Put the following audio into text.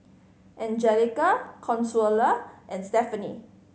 Angelica Consuela and Stephanie